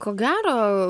ko gero